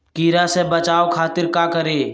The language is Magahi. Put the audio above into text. कीरा से बचाओ खातिर का करी?